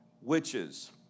witches